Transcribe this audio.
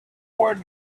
were